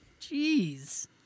Jeez